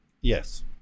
yes